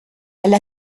elle